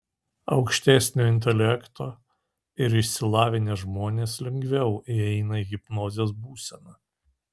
aukštesnio intelekto ir išsilavinę žmonės lengviau įeina į hipnozės būseną